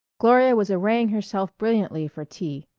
gloria was arraying herself brilliantly for tea.